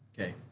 Okay